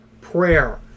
prayer